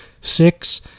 six